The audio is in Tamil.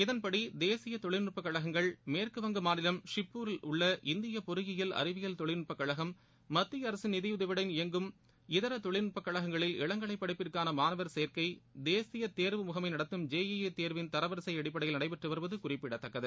இதன்படி தேசிய தொழில்நட்ப கழகங்கள் மேற்குவங்க மாநிலம் ஷிப்பூரில் உள்ள இந்திய பொறியியல் அறிவியல் தொழில்நுட்பக் கழகம் மத்திய அரசின் நிதியுதவியுடன் இயங்கும் இதர தொழில்நுட்பக் கழகங்களில் இளங்கலைப் படிப்பிற்கான மாணவர் சேர்க்கை தேசிய தேர்வு முகமை நடத்தும் ஜே இ இ தேர்வின் தரவரிசை அடிப்படையில் நடைபெற்று வருவது குறிப்பிடத்தக்கது